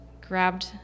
grabbed